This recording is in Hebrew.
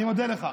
אני מודה לך.